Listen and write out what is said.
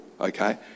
okay